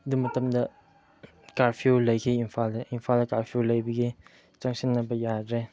ꯑꯗꯨ ꯃꯇꯝꯗ ꯀꯥꯔꯐ꯭ꯌꯨ ꯂꯩꯈꯤ ꯏꯜꯐꯥꯜꯗ ꯏꯝꯐꯥꯜꯗ ꯀꯥꯔꯐ꯭ꯌꯨ ꯂꯩꯕꯒꯤ ꯆꯪꯁꯤꯟꯅꯕ ꯌꯥꯗ꯭ꯔꯦ